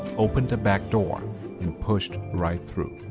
opened the back door and pushed right through.